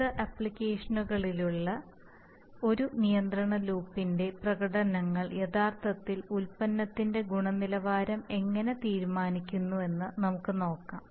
വിവിധ ആപ്ലിക്കേഷനുകളിലെ ഒരു നിയന്ത്രണ ലൂപ്പിന്റെ പ്രകടനങ്ങൾ യഥാർത്ഥത്തിൽ ഉൽപ്പന്നത്തിന്റെ ഗുണനിലവാരം എങ്ങനെ തീരുമാനിക്കുമെന്ന് നമുക്ക് നോക്കാം